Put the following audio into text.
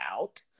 out